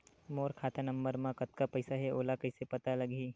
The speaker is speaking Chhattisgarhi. मोर खाता नंबर मा कतका पईसा हे ओला कइसे पता लगी?